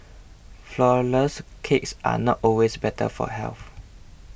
Flourless Cakes are not always better for health